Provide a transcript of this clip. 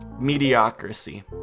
mediocrity